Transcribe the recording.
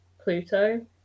Pluto